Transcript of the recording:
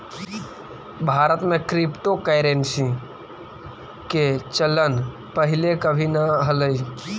भारत में क्रिप्टोकरेंसी के चलन पहिले कभी न हलई